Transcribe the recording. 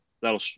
that'll